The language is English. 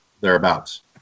thereabouts